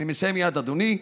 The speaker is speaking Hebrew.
אני מסיים מייד, אדוני.